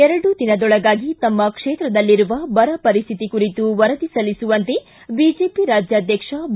ಎರಡು ದಿನದೊಳಗಾಗಿ ತಮ್ಮ ಕ್ಷೇತ್ರದಲ್ಲಿರುವ ಬರ ಪರಿಸ್ಥಿತಿ ಕುರಿತು ವರದಿ ಸಲ್ಲಿಸುವಂತೆ ಬಿಜೆಪಿ ರಾಜ್ಯಾಧ್ಯಕ್ಷ ಬಿ